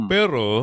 Pero